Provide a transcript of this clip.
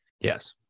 Yes